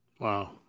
Wow